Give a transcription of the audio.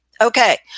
Okay